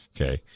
Okay